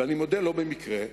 ואני מודה, לא במקרה,